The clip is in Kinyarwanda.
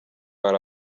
hari